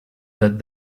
that